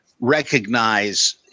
recognize